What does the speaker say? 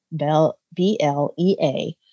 BLEA